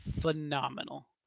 phenomenal